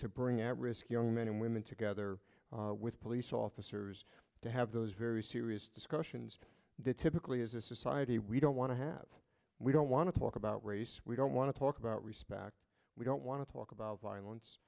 to bring at risk men and women together with police officers to have those very serious discussions that typically as a society we don't want to have we don't want to talk about race we don't want to talk about respect we don't want to talk about violence